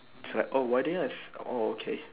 it's like oh why didn't I th~ oh okay